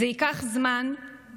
אחרי יותר מדי זמן בשלטון, התחלתם